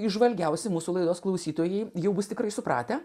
įžvalgiausi mūsų laidos klausytojai jau bus tikrai supratę